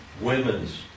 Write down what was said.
women's